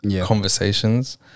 conversations